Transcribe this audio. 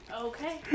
Okay